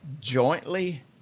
jointly